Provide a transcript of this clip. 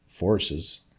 Forces